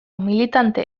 militante